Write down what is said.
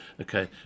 Okay